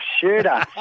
shooter